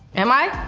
am i?